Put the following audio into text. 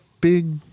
big